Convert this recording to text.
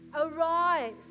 arise